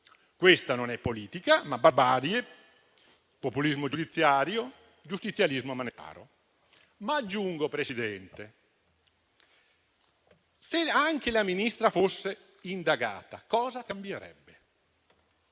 Questa non è politica, ma barbarie, populismo giudiziario, giustizialismo manettaro. Presidente, se anche la Ministra fosse indagata, cosa cambierebbe?